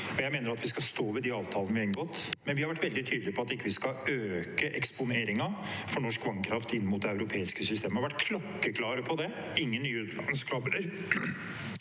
Jeg mener at vi skal stå ved de avtalene vi har inngått, men vi har vært veldig tydelige på at vi ikke skal øke eksponeringen for norsk vannkraft inn mot det europeiske systemet. Vi har vært klokkeklare på det: ingen nye utenlandskabler